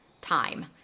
time